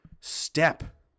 step